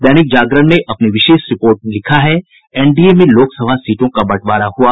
दैनिक जागरण ने अपनी विशेष रिपोर्ट में लिखा है एनडीए में लोकसभा सीटों का बंटवारा हुआ